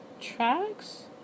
tracks